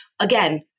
again